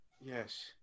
yes